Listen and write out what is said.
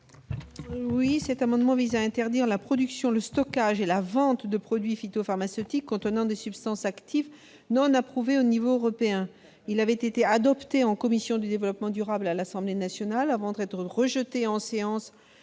Cet amendement vise à interdire la production, le stockage et la vente de produits phytopharmaceutiques contenant des substances actives non approuvées à l'échelon européen. Il avait été adopté par la commission du développement durable à l'Assemblée nationale, avant d'être rejeté en séance